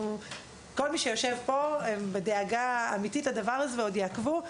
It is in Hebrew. כל מי שיושב פה הוא בדאגה אמיתית לדבר הזה ועוד יעקבו,